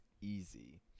easy